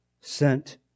sent